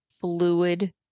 fluid